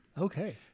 Okay